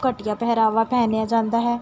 ਘਟੀਆ ਪਹਿਰਾਵਾ ਪਹਿਨਿਆ ਜਾਂਦਾ ਹੈ